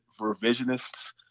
revisionists